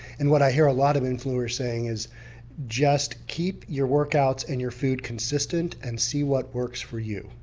and what i hear a lot of influencers saying is just keep your workouts and your food consistent and see what works for you.